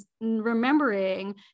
remembering